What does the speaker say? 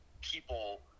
people